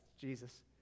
Jesus